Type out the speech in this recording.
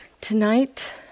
Tonight